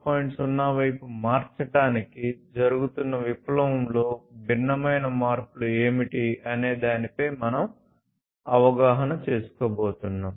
0 వైపు మార్చడానికి జరుగుతున్న విప్లవంలో భిన్నమైన మార్పులు ఏమిటి అనే దానిపై మనం అవగాహన చేసుకోబోతున్నాం